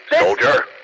Soldier